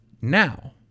now